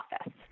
office